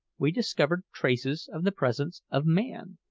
we discovered traces of the presence of man.